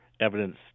evidence